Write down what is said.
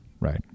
Right